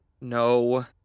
no